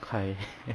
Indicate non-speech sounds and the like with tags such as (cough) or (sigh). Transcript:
koi (laughs)